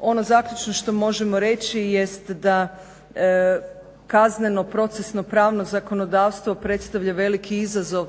Ono zaključno što možemo reći jest da kazneno procesno pravno zakonodavstvo predstavlja veliki izazov